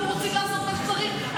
אנחנו רוצים לעשות מה שצריך.